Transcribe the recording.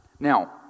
Now